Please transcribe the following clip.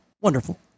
wonderful